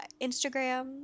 Instagram